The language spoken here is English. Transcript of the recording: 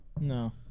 no